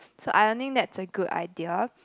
so I don't think that's a good idea